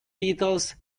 beetles